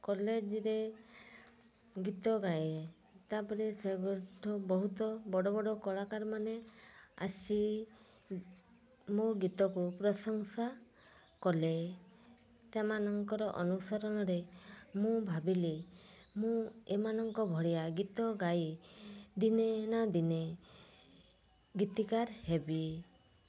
କଲେଜ୍ରେ ଗୀତ ଗାଏ ତା'ପରେ ସେବେଠାରୁ ବହୁତ ବଡ଼ବଡ଼ କଳାକାର ମାନେ ଆସି ମୋ ଗୀତକୁ ପ୍ରଂଶସା କଲେ ସେମାନଙ୍କର ଅନୁସରଣରେ ମୁଁ ଭାବିଲି ମୁଁ ଏମାନଙ୍କ ଭଳିଆ ଗୀତ ଗାଇ ଦିନେ ନା ଦିନେ ଗୀତିକାର ହେବି